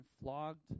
flogged